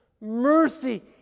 mercy